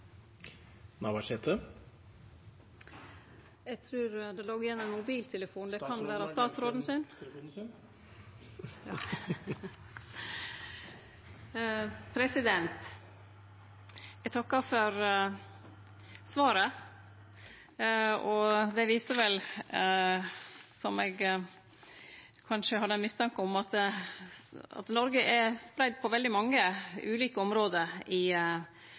Eg takkar for svaret. Det viser vel, som eg kanskje hadde ein mistanke om, at Noreg er spreidd på veldig mange ulike område i